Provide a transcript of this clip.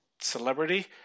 celebrity